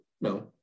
No